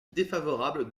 défavorable